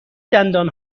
دندان